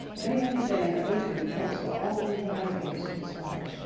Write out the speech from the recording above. day after day the ocean pumps the awful valve-gates of his heart,